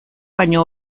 baino